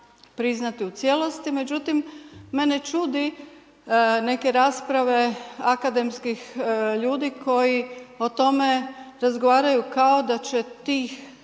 priznati u cijelosti, međutim, mene čude neke rasprave akademskih ljudi koji o tome razgovaraju kao da će tih